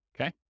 okay